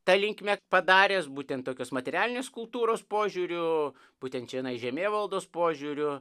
ta linkme padaręs būtent tokios materialinės kultūros požiūriu būtent čionai žemėvaldos požiūriu